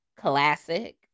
Classic